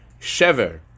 shever